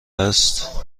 است